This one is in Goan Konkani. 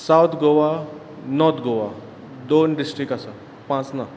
सावथ गोवा नॉर्थ गोवा दोन डिश्ट्रीक्ट आसा पांच ना